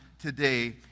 today